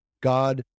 God